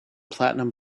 platinum